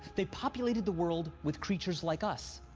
they populated the world with creatures like us,